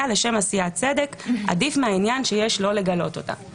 תתקבל לפי סעיף קטן (א)" שזה המבחן שקראתי קודם,